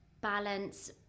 balance